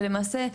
ולמעשה,